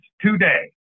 today